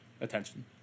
attention